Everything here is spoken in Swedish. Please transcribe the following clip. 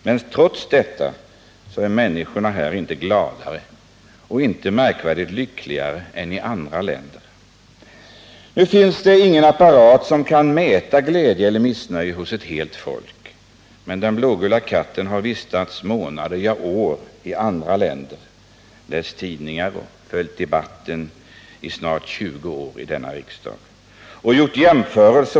Men trots detta så är människorna här inte gladare och inte märkvärdigt lyckligare än i andra länder. Nu finns det ingen apparat som kan mäta glädje eller missnöje hos ett helt folk. Men den blågula katten har vistats månader, ja år, i andra länder, läst tidningar och följt debatten i snart 20 år i denna riksdag och gjort jämförelser.